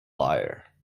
liar